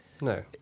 no